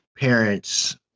parents